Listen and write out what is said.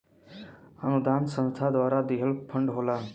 अनुदान संस्था द्वारा दिहल फण्ड होला